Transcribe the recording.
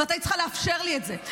ואת היית צריכה לאפשר לי את זה.